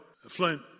Flint